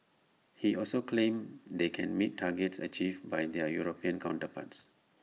he also claimed they can meet targets achieved by their european counterparts